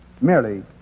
merely